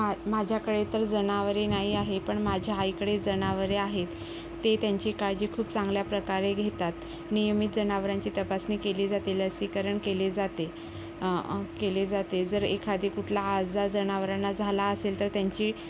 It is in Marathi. मा माझ्याकडे तर जनावरे नाही आहेत पण माझ्या आईकडे जनावरे आहेत ते त्यांची काळजी खूप चांगल्या प्रकारे घेतात नियमित जनावरांची तपासणी केली जाते लसीकरण केले जाते केले जाते जर एखादा कुठला आजार जनावरांना झाला असेल तर त्यांची